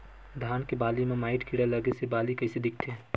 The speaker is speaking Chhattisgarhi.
धान के बालि म माईट कीड़ा लगे से बालि कइसे दिखथे?